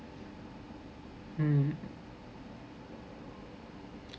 hmm